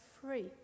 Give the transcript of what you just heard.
free